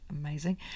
Amazing